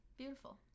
beautiful